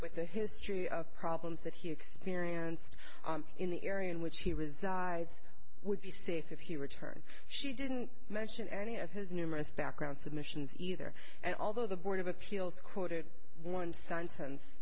with a history of problems that he experienced in the area in which he was would be safe if he returned she didn't mention any of his numerous background submissions either and although the board of appeals quoted one sentence